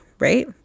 Right